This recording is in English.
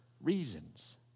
reasons